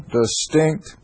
distinct